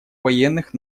военных